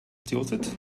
tilted